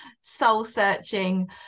soul-searching